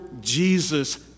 Jesus